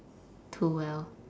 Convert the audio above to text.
too well